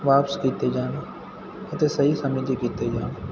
ਵਾਪਸ ਕੀਤੇ ਜਾਣ ਅਤੇ ਸਹੀ ਸਮੇਂ 'ਚ ਕੀਤੇ ਜਾਣ